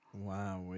Wow